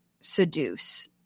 seduce